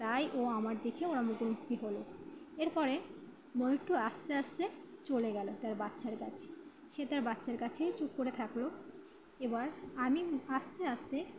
তাই ও আমার দেখে ওরা মুখোমুখি হল এরপরে ময়ূরটা আস্তে আস্তে চলে গেল তার বাচ্চার কাছে সে তার বাচ্চার কাছেই চুপ করে থাকল এ বার আমি আস্তে আস্তে